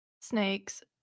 Snakes